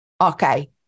Okay